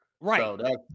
Right